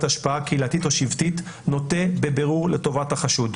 השפעה קהילתית או שבטית נוטה בבירור לטובת החשוד.